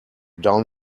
down